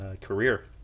career